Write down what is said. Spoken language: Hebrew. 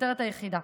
הכותרת היחידה.